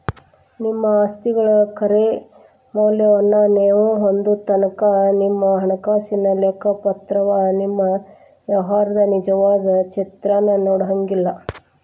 ನಿಮ್ಮ ಆಸ್ತಿಗಳ ಖರೆ ಮೌಲ್ಯವನ್ನ ನೇವು ಹೊಂದೊತನಕಾ ನಿಮ್ಮ ಹಣಕಾಸಿನ ಲೆಕ್ಕಪತ್ರವ ನಿಮ್ಮ ವ್ಯವಹಾರದ ನಿಜವಾದ ಚಿತ್ರಾನ ಕೊಡಂಗಿಲ್ಲಾ